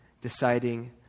deciding